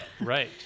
Right